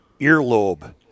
earlobe